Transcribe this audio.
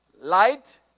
light